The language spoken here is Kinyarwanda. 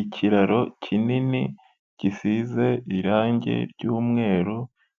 Ikiraro kinini gisize irangi ry'umweru